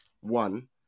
one